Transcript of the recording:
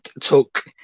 took